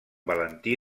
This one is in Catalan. valentí